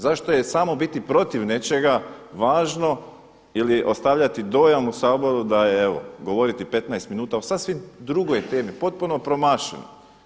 Zašto je samo biti protiv nečega važno ili ostavljati dojam u Saboru da je evo, govoriti 15 minuta o sasvim drugoj temi, potpuno promašeno.